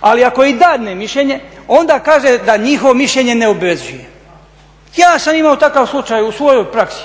ali ako i dadne mišljenje onda kaže da njihovo mišljenje ne obvezuje. Ja sam imao takav slučaj u svojoj praksi